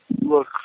look